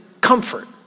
comfort